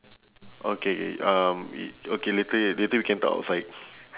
okay K um i~ okay later later we can talk outside